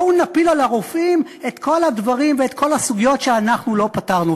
בואו נפיל על הרופאים את כל הדברים ואת כל הסוגיות שאנחנו לא פתרנו.